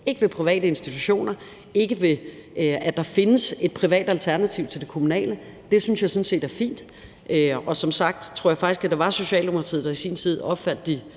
ikke over private institutioner, ikke over, at der findes et privat alternativ til det kommunale, for det synes jeg sådan set er fint. Og som sagt tror jeg faktisk, det var Socialdemokratiet, der i sin tid opfandt de